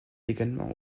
également